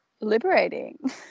liberating